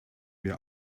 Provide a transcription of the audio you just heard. wir